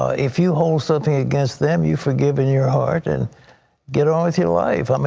if you hold something against them, you forgive in your heart and get on with your life. i mean